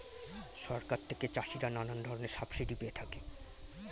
সরকার থেকে চাষিরা নানা ধরনের সাবসিডি পেয়ে থাকে